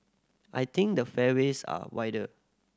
I think the fairways are wider